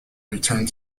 returned